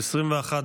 בהיוועדות חזותית),